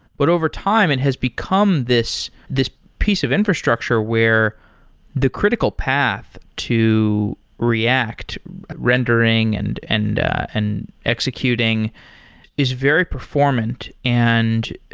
but over time, it has become this this piece of infrastructure where the critical path to react rendering and and and executing is very performant, and